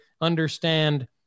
understand